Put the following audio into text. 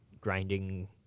grinding